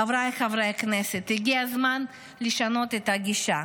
חבריי חברי הכנסת, הגיע הזמן לשנות את הגישה,